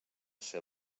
ser